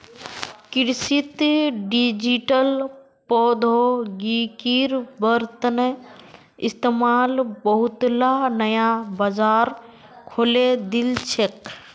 कृषित डिजिटल प्रौद्योगिकिर बढ़ त इस्तमाल बहुतला नया बाजार खोले दिल छेक